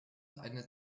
eine